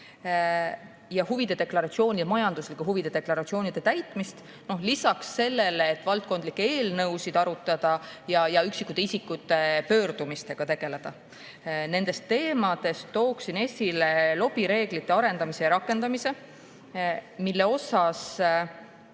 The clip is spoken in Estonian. huvide deklaratsioonide täitmist. Seda lisaks sellele, et on valdkondlikke eelnõusid arutatud ja üksikisikute pöördumistega tegeldud. Nendest teemadest toon esile lobireeglite arendamise ja rakendamise, kus ei ole